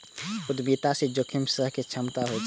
उद्यमिता मे जोखिम सहय के क्षमता होइ छै